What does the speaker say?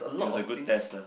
it was a good test lah